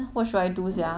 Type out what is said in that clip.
also just start